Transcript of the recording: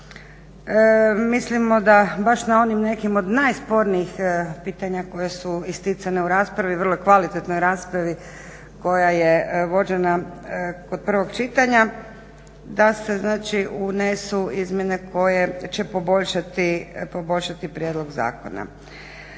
Mislimo da baš na onim nekima od najspornijih pitanja koja su isticana u vrlo kvalitetnoj raspravi koja je vođena kod prvog čitanja da se unesu izmjene koje će poboljšati prijedlog zakona.